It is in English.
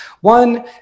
one